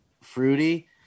fruity